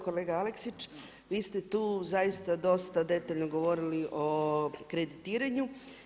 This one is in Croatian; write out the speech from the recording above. Kolega Aleksić, vi ste tu zaista dosta detaljno govorili o kreditiranju.